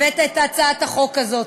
הבאת את הצעת החוק הזאת.